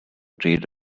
trade